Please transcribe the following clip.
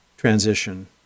Transition